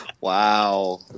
wow